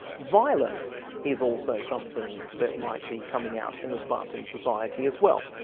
violence is also something that might be coming out in the spartan society as well.